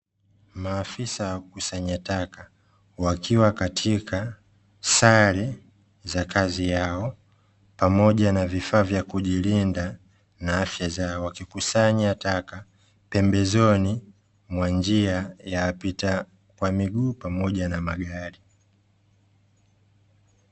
Maafisa wakusanya taka, wakiwa katika sare za kazi yao, pamoja na vifaa vya kujilinda na afya zao, wakikusanya taka pembezoni mwa njia ya wapita kwa miguu, pamoja na magari.